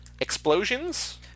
explosions